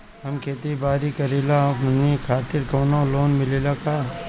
हम खेती बारी करिला हमनि खातिर कउनो लोन मिले ला का?